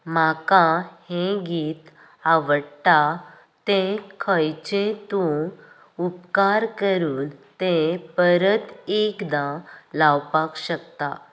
म्हाका हें गीत आवडटा तें खंयचेंय तूं उपकार करून तें परत एकदां लावपाक शकता